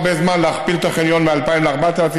הרבה זמן להכפיל את החניון מ-2,000 ל-4,000.